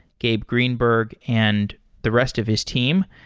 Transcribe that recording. gabe greenberg, and the rest of his team.